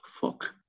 fuck